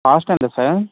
cost ఎంత sir